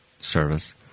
service